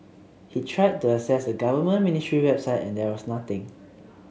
he'd tried to access a government ministry website and there was nothing